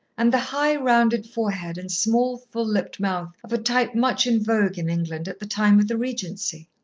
and the high, rounded forehead and small, full-lipped mouth, of a type much in vogue in england at the time of the regency.